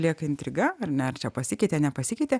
lieka intriga ar ne ar čia pasikeitė nepasikeitė